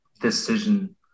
decision